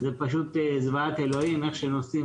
זה פשוט זוועת אלוהים איך שנוסעים,